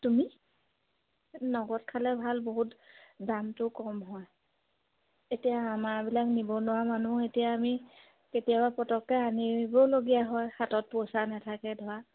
তুমি নগদ খালে ভাল বহুত দামটো কম হয় এতিয়া আমাৰবিলাক নিবনুৱা মানুহ এতিয়া আমি কেতিয়াবা পটককৈ আনিবওলগীয়া হয় হাতত পইচা নাথাকে ধৰা